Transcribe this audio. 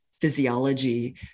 physiology